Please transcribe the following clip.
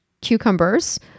cucumbers